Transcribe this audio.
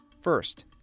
First